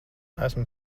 esmu